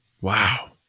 Wow